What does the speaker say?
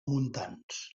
montans